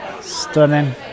Stunning